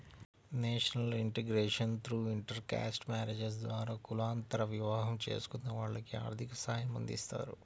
national integration through intercaste marriages ద్వారా కులాంతర వివాహం చేసుకున్న వాళ్లకి ఆర్థిక సాయమందిస్తారు